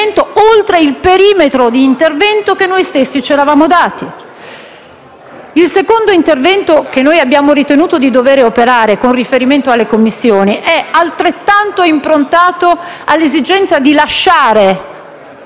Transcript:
oltre il perimetro che noi stessi ci eravamo dati. Il secondo intervento che noi abbiamo ritenuto di dover operare con riferimento alle Commissioni è altrettanto rivolto a soddisfare l'esigenza di lasciare